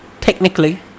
technically